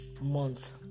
month